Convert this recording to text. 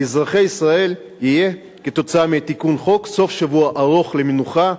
לאזרחי ישראל יהיה כתוצאה מתיקון החוק סוף-שבוע ארוך למנוחה,